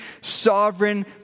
sovereign